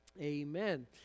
Amen